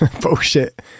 Bullshit